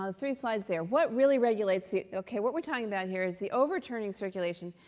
ah three sides there. what really regulates ok, what we're talking about here is the overturning circulation.